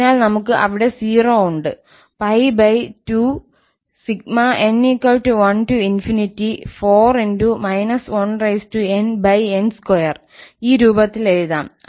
അതിനാൽ നമുക് അവിടെ 0 ഉണ്ട് 𝜋2n14 1nn2 ഈ രൂപത്തിൽ എഴുതാം